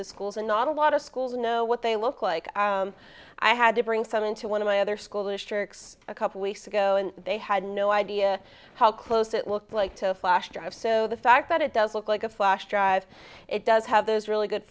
the schools and not a lot of schools know what they look like i had to bring some into one of my other school districts a couple weeks ago and they had no idea how close it looked like to a flash drive so the fact that it does look like a flash drive it does have those really good